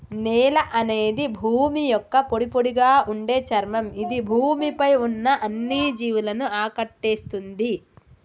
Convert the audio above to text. నేల అనేది భూమి యొక్క పొడిపొడిగా ఉండే చర్మం ఇది భూమి పై ఉన్న అన్ని జీవులను ఆకటేస్తుంది